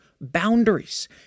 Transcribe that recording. boundaries